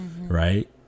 right